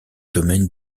domaines